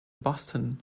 boston